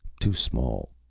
too small,